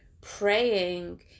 praying